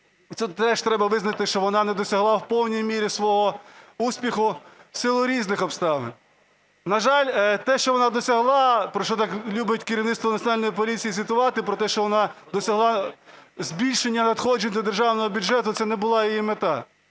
теж треба визнати, що вона не досягла у повній мірі свого успіху в силу різних обставин. На жаль, те, що вона досягла, про що так любить керівництво Національної поліції звітувати, про те, що вона досягла збільшення надходжень до державного бюджету, це не була її мета.